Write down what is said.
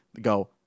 go